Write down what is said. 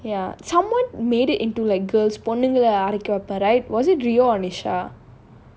ya someone made it into like பொண்ணுங்க யாரு கேட்ப:ponnunga yaaru ketpaa right was it rio or nisha